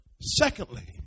Secondly